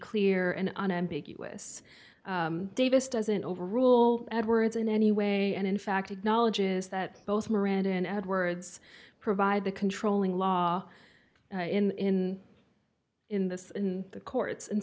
clear and unambiguous davis doesn't overrule edwards in any way and in fact acknowledges that both miranda and edwards provide the controlling law in in this and the courts and